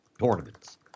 tournaments